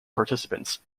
participants